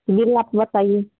bill आप बताइए